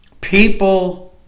People